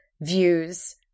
views